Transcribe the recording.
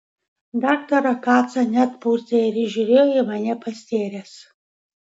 daktarą kacą net purtė ir jis žiūrėjo į mane pastėręs